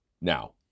Now